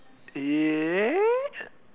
ya